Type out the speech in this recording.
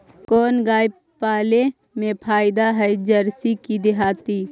कोन गाय पाले मे फायदा है जरसी कि देहाती?